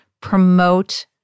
promote